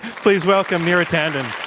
please welcome neera tanden.